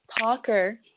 talker